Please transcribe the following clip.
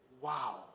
wow